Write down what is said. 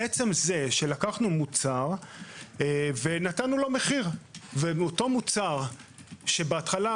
עצם זה שלקחנו מוצר ונתנו לו מחיר ואותו מוצר שבהתחלה,